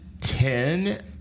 ten